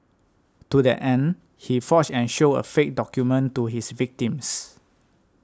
to that end he forged and showed a fake document to his victims